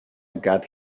got